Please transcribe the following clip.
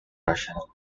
rational